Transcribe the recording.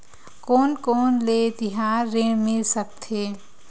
कोन कोन ले तिहार ऋण मिल सकथे?